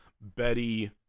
betty